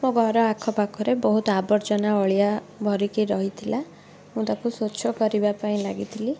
ମୋ ଘର ଆଖ ପାଖରେ ବହୁତ ଆବର୍ଜନା ଅଳିଆ ଭରିକି ରହିଥିଲା ମୁଁ ତାକୁ ସ୍ୱଚ୍ଛ କରିବା ପାଇଁ ଲାଗିଥିଲି